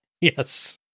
Yes